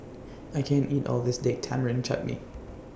I can't eat All of This Date Tamarind Chutney